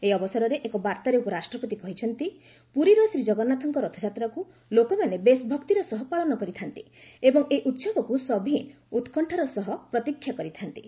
ଏହି ଅବସରରେ ଏକ ବାର୍ତ୍ତାରେ ଉପରାଷ୍ଟ୍ରପତି କହିଛନ୍ତି ପୁରୀର ଶ୍ରୀଜଗନ୍ନାଥଙ୍କ ରଥଯାତ୍ରାକୁ ଲୋକମାନେ ବେଶ୍ ଭକ୍ତିର ସହ ପାଳନ କରିଥାନ୍ତି ଏବଂ ଏହି ଉତ୍ସବକୁ ସଭିଏଁ ଉତ୍କଶ୍ଚାର ସହ ପ୍ରତିକ୍ଷା କରିଥାନ୍ତି